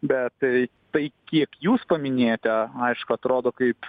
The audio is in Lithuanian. bet tai tai kiek jūs paminėjote aišku atrodo kaip